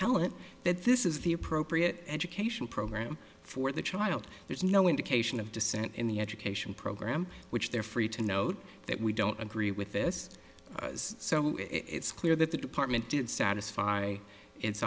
appellant that this is the appropriate education program for the child there's no indication of dissent in the education program which they're free to note that we don't agree with this so it's clear that the department did satisfy it